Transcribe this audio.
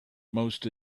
most